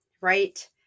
right